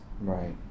right